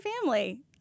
family